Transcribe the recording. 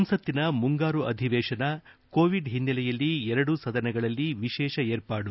ಸಂಸತ್ತಿನ ಮುಂಗಾರು ಅಧಿವೇಶನ ಕೋವಿಡ್ ಹಿನ್ನೆಲೆಯಲ್ಲಿ ಎರಡೂ ಸದನಗಳಲ್ಲಿ ವಿಶೇಷ ಏರ್ಪಾಡು